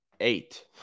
Eight